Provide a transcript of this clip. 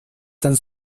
tan